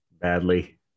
Badly